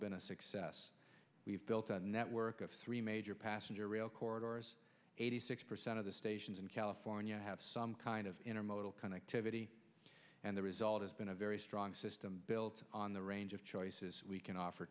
been a success we've built a network of three major passenger rail corridors eighty six percent of the stations in california have some kind of intermodal connectivity and the result has been a very strong system built on the range of choices we can offer